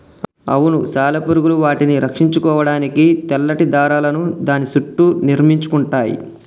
అవును సాలెపురుగులు వాటిని రక్షించుకోడానికి తెల్లటి దారాలను దాని సుట్టూ నిర్మించుకుంటయ్యి